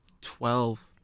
twelve